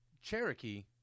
Cherokee